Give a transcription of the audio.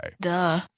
Duh